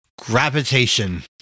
gravitation